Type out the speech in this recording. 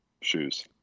shoes